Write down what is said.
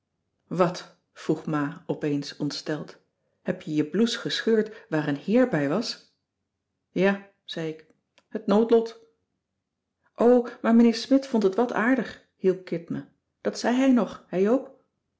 wat vroeg ma opeens ontsteld heb jij je blouse gescheurd waar een heer bij was ja zei ik het noodlot o maar mijnheer smidt vond het wat aardig hielp kit me dat zei hij nog hè joop